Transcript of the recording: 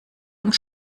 und